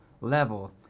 level